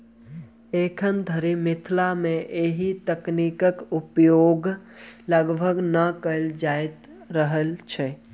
एखन धरि मिथिला मे एहि तकनीक उपयोग लगभग नै कयल जा रहल अछि